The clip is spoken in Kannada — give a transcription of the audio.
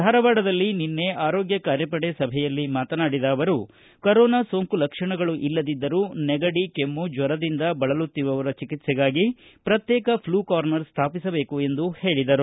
ಧಾರವಾಡದಲ್ಲಿ ನಿನ್ನೆ ಆರೋಗ್ಯ ಕಾರ್ಯಪಡೆ ಸಭೆಯಲ್ಲಿ ಮಾತನಾಡಿದ ಅವರು ಕರೋನಾ ಸೋಂಕು ಲಕ್ಷಣಗಳು ಇಲ್ಲದಿದ್ದರೂ ನೆಗಡಿ ಕೆಮ್ಮು ಜ್ವರದಿಂದ ಬಳಲುತ್ತಿರುವವರ ಚಿಕಿತ್ಸೆಗಾಗಿ ಪ್ರತ್ಯೇಕ ಫ್ಲೂ ಕಾರ್ನರ್ ಸ್ಥಾಪಿಸಬೇಕು ಎಂದು ಹೇಳಿದರು